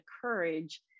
courage